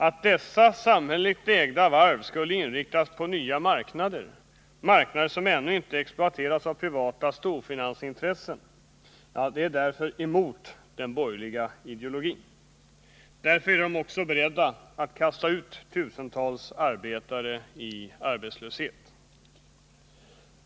Att dessa samhälleligt ägda varv skulle inriktas på nya marknader, marknader som ännu inte exploaterats av privata storfinansintressen, är därför emot den borgerliga ideologin. Därför är den borgerliga majoriteten också beredd att kasta ut tusentals arbetare i arbetslöshet.